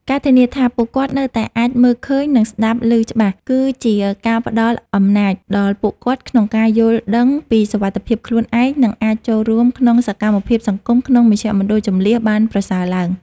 ការធានាថាពួកគាត់នៅតែអាចមើលឃើញ និងស្ដាប់ឮច្បាស់ គឺជាការផ្ដល់អំណាចដល់ពួកគាត់ក្នុងការយល់ដឹងពីសុវត្ថិភាពខ្លួនឯង និងអាចចូលរួមក្នុងសកម្មភាពសង្គមក្នុងមជ្ឈមណ្ឌលជម្លៀសបានប្រសើរឡើង។